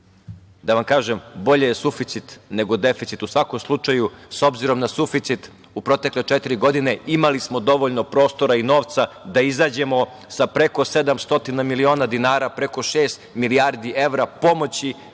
Da vam kažem, bolje suficit, nego deficit, u svakom slučaju. S obzirom na suficit u protekle četiri godine imali smo dovoljno prostora i novca da izađemo sa preko 700 miliona dinara, preko šest milijardi evra pomoći